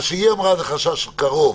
מה שהיא אמרה זה חשש קרוב